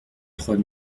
trois